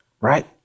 right